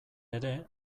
ere